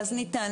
אז ניתן.